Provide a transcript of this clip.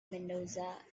mendoza